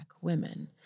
women